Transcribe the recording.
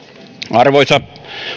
arvoisa